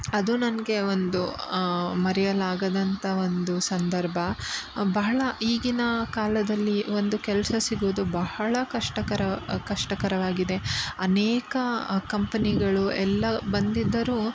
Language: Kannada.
ಅದು ನನಗೆ ಒಂದು ಮರೆಯಲಾಗದಂಥ ಒಂದು ಸಂದರ್ಭ ಬಹಳ ಈಗಿನ ಕಾಲದಲ್ಲಿ ಒಂದು ಕೆಲಸ ಸಿಗುವುದು ಬಹಳ ಕಷ್ಟಕರ ಕಷ್ಟಕರವಾಗಿದೆ ಅನೇಕ ಕಂಪನಿಗಳು ಎಲ್ಲ ಬಂದಿದ್ದರೂ